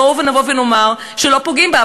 בואו נאמר שלא פוגעים בה.